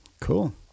cool